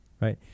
right